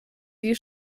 die